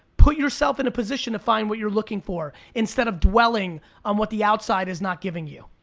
put yourself in a position to find what you're looking for, instead of dwelling on what the outside is not giving you.